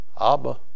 Abba